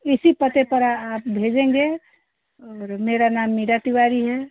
इसी पते पर आप भेजेंगे और मेरा नाम मीरा तिवारी है